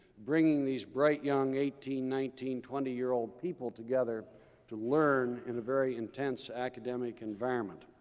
bringing these bright young eighteen, nineteen, twenty year old people together to learn in a very intense academic environment.